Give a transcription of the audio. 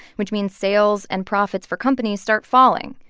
which means sales and profits for companies start falling.